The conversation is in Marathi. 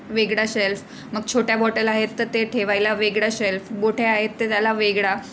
वेगळा शेल्फ मग छोट्या बॉटल आहेत तर ते ठेवायला वेगळा शेल्फ मोठ्या आहेत ते त्याला वेगळा